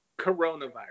coronavirus